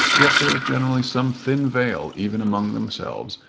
yet there is generally some thin veil even among themselves,